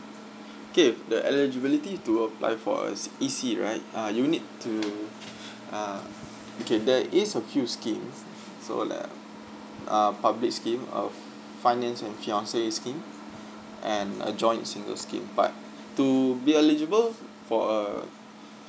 okay the eligibility to apply for a C~ E_C right err you need to uh okay there is a few schemes so like um public scheme uh finance and fiance scheme and err joint single scheme but to be eligible for a